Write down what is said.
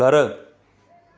घरु